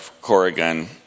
Corrigan